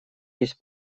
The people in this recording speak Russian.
есть